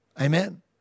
Amen